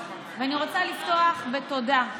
ואני רוצה לפתוח בתודה,